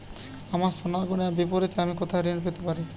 আমার সোনার গয়নার বিপরীতে আমি কোথায় ঋণ পেতে পারি?